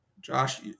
Josh